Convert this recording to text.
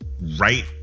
right